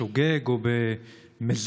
בשוגג או במזיד,